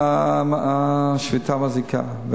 השביתה מזיקה,